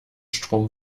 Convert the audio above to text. strom